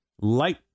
Light